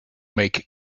make